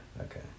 okay